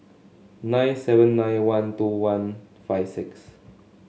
nine seven nine one two one five six